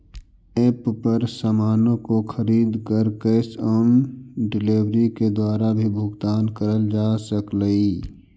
app पर सामानों को खरीद कर कैश ऑन डिलीवरी के द्वारा भी भुगतान करल जा सकलई